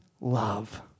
love